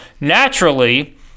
naturally